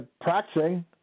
practicing